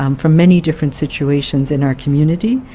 um from many different situations in our community.